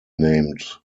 named